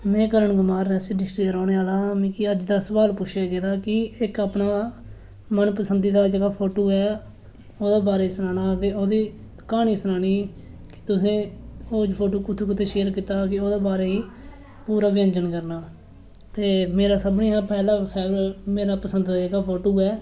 में करण कुमार रियासी डिस्ट्रिक दा रौह्ने आह्ला आं मिगी अज्ज दा सोआल पुच्छेआ गेदा कि इक अपना मन पसंदी दा फोटू ऐ ओह्दे बारै सनाना ते ओह्दे क्हानी सनानी कि तुसें ओह् फोटू कुत्थै कुत्थै शेयर कीता हा ओह्दे बारे च पूरा ब्यान करना ते मेरा सभनें शा पैह्ला फेवरट पसंद दा फोटू ऐ